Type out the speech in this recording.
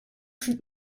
sieht